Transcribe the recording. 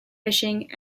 fishing